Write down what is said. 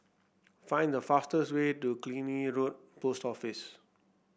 find the fastest way to Killiney Road Post Office